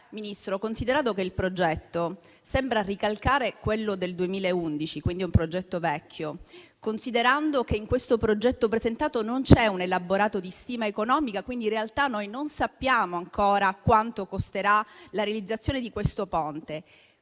bisogna considerare che il progetto sembra ricalcare quello del 2011, quindi è un progetto vecchio; che nel progetto presentato non c'è un elaborato di stima economica, e quindi in realtà non sappiamo ancora quanto costerà la realizzazione del Ponte